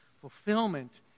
fulfillment